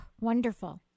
wonderful